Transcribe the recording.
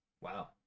wow